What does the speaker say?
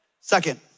Second